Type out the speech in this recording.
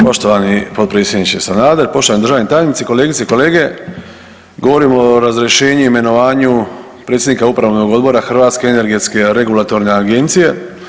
Poštovani potpredsjedniče Sanader, poštovani državni tajnici, kolegice i kolege govorim o razrješenju i imenovanja predsjednika Upravnog odbora Hrvatske energetske regulatorne agencije.